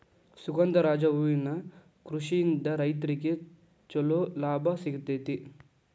ಸುಗಂಧರಾಜ ಹೂವಿನ ಕೃಷಿಯಿಂದ ರೈತ್ರಗೆ ಚಂಲೋ ಲಾಭ ಸಿಗತೈತಿ